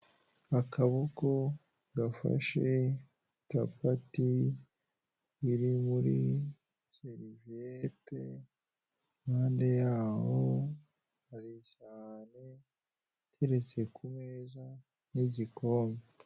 Akaboko gafashe capati iri muri seriviyete impande yaho hari isahane itaretse ku meza n'igikombe.